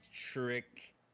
trick